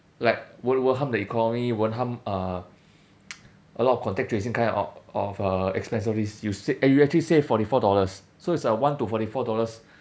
like won't won't harm the economy won't harm uh a lot of contact tracing kind of of uh expense all this you save and you actually save forty four dollars so it's like a one to forty four dollars